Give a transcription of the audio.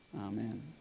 amen